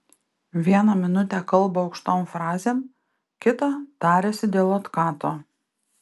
vieną minutę kalba aukštom frazėm kitą tariasi dėl otkato